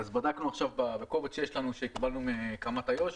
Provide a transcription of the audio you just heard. בדקנו עכשיו בקובץ שיש לנו, שקיבלנו מקמ"ט איו"ש.